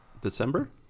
december